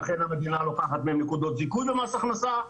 לכן המדינה לוקחת מהם נקודות זיכוי במס הכנסה.